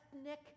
ethnic